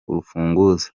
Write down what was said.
urufunguzo